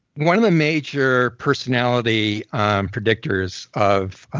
one of the major personality predictors of